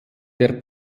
der